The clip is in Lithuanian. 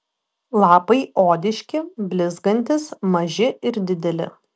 lapai odiški blizgantys maži ir dideli